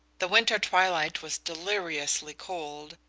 the winter twilight was deliriously cold,